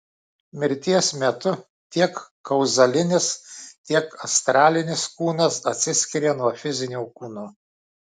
mirties metu tiek kauzalinis tiek astralinis kūnas atsiskiria nuo fizinio kūno